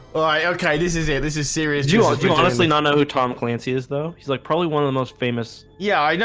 okay, this is it this is serious do you honestly not know who tom clancy is though he's like probably one of the most famous. yeah, yeah